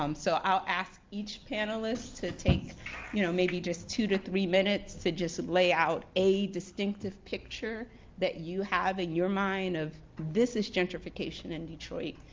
um so, i'll ask each panelist to take you know maybe just two to three minutes to just lay out a distinctive picture that you have in your mind of, this is gentrification in detroit,